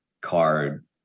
card